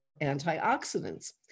antioxidants